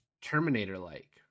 Terminator-like